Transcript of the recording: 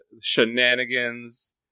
shenanigans